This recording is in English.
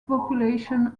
population